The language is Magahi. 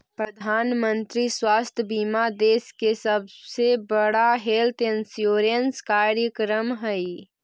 प्रधानमंत्री स्वास्थ्य बीमा देश के सबसे बड़ा हेल्थ इंश्योरेंस कार्यक्रम हई